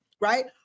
Right